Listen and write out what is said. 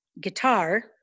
guitar